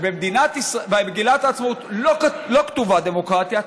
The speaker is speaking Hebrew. שבמגילת העצמאות לא כתובה "דמוקרטיה".